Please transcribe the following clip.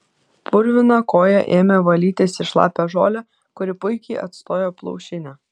purviną koją ėmė valytis į šlapią žolę kuri puikiai atstojo plaušinę